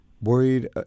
Worried